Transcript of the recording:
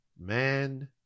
man